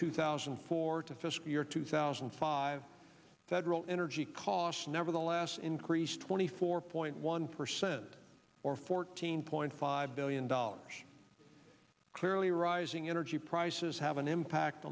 two thousand and four to fiscal year two thousand and five federal energy costs never the last increase twenty four point one percent or fourteen point five billion dollars clearly rising energy prices have an impact